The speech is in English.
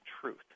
truth